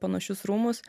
panašius rūmus